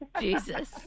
Jesus